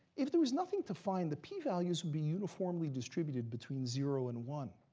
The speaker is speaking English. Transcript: if there was nothing to find, the p-values would be uniformly distributed between zero and one.